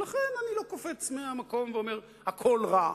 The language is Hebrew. לכן אני לא קופץ מהמקום ואומר: הכול רע.